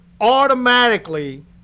automatically